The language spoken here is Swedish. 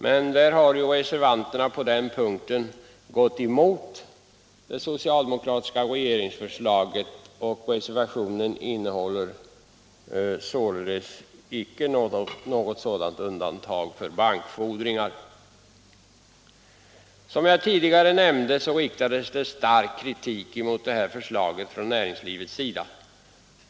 På denna punkt har reservanterna gått emot det socialdemokratiska regeringsförslaget, och reservationen innehåller således icke något sådant undantag för bankfordringar. Som jag tidigare nämnde riktades stark kritik mot förslaget från näringslivets sida.